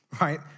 right